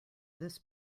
this